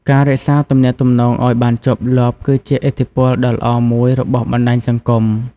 ការរក្សាទំនាក់ទំនងឲ្យបានជាប់លាប់គឺជាឥទ្ធិពលដ៏ល្អមួយរបស់បណ្ដាញសង្គម។